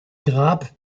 grab